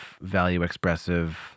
value-expressive